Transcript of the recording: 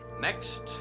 Next